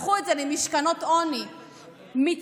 הפכו את זה למשכנות עוני מתפוררים,